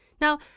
Now